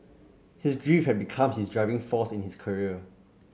his grief had become his driving force in his career